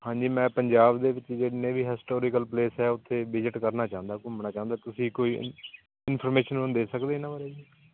ਹਾਂਜੀ ਮੈਂ ਪੰਜਾਬ ਦੇ ਵਿੱਚ ਜਿੰਨੇ ਵੀ ਹਿਸਟੋਰੀਕਲ ਪਲੇਸ ਹੈ ਉੱਥੇ ਵਿਜਿਟ ਕਰਨਾ ਚਾਹੁੰਦਾ ਘੁੰਮਣਾ ਚਾਹੁੰਦਾ ਤੁਸੀਂ ਕੋਈ ਇਨਫੋਰਮੇਸ਼ਨ ਹੁਣ ਦੇ ਸਕਦੇ ਇਹਨਾਂ ਬਾਰੇ ਜੀ